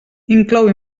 inclou